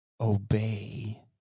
obey